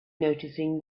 noticing